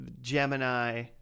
Gemini